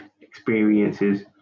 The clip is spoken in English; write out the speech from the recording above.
experiences